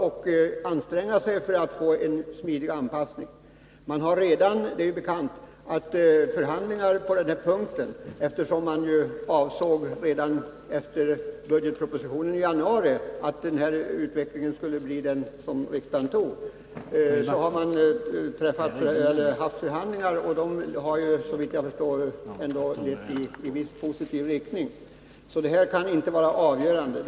Man måste anstränga sig för att uppnå en smidig anpassning. Redan direkt efter avlämnandet av budgetpropositionen i januari var man inne på den utveckling som riksdagen senare fattade beslut om. Som bekant har det därför varit förhandlingar i detta sammanhang, och såvitt jag förstår har dessa varit positiva för lösningen av personalproblemen i ärendet.